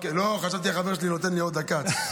לא, חשבתי שהחבר שלי נותן לי עוד דקה.